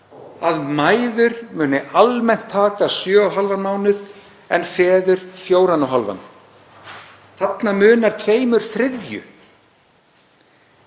að mæður muni almennt taka sjö og hálfan mánuð en feður fjóra og hálfan. Þarna munar tveimur þriðju.